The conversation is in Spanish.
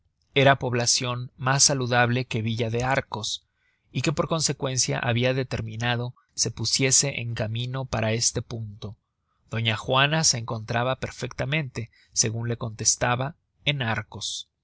era poblacion mas salubre que la villa de arcos y que por consecuencia habia determinado se pusiese en camino para este punto doña juana se encontraba perfectamente segun la contestaba en arcos